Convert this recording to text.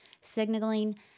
signaling